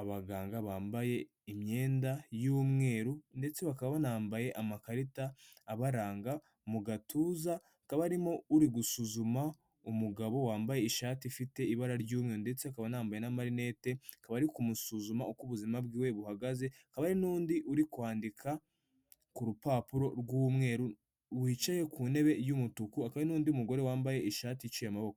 abaganga bambaye imyenda y'mweru ndetse bakaba banambaye amakarita abaranga mu gatuza, hakaba harimo uri gusuzuma umugabo wambaye ishati ifite ibara ry'umweru ndetse akaba anambaye n' amarinete, akaba ari kumusuzuma uko ubuzima bwe buhagaze, hakaba hari n'undi uri kwandika ku rupapuro rw'umweru wicaye ku ntebe y'umutuku, hakaba hari n'undi mugore wambaye ishati iciye amaboko.